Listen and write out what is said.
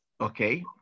Okay